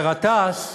ולגטאס,